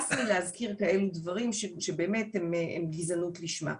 הס מלהזכיר כאלו דברים, שבאמת הם גזענות לשמה.